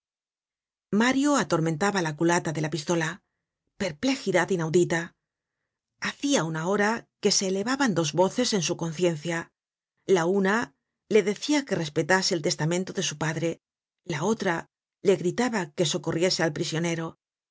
mario atormentaba la culata de la pistola perplejidad inaudita hacia una hora que se elevaban dos voces en su conciencia la una le decia que respetase el testamento de su padre la otra le gritaba que socorriese al prisionero